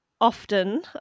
Often